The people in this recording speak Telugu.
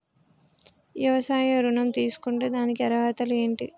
వ్యవసాయ ఋణం తీసుకుంటే దానికి అర్హతలు ఏంటి?